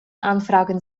anfragen